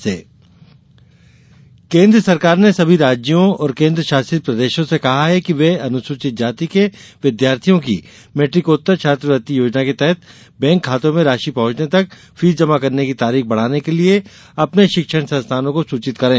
छात्रवृत्ति केन्द्र सरकार ने सभी राज्यों और केन्द्र शासित प्रदेशों से कहा है कि वे अनुसूचित जाति के विद्यार्थियों की मैट्रिकोत्तर छात्र वृत्ति योजना के तहत बैंक खातों में राशि पहुंचने तक फीस जमा करने की तारीख बढ़ाने के लिये अपने शिक्षा संस्थानों को सूचित करे